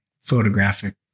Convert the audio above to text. photographic